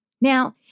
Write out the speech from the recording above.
Now